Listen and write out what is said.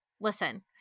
listen